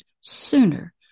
sooner